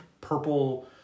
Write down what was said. purple